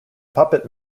puppet